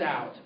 out